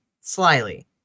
slyly